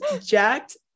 jacked